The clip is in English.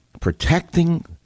Protecting